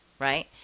right